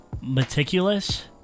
meticulous